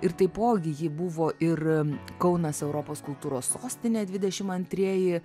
ir taipogi ji buvo ir kaunas europos kultūros sostinė dvidešim antrieji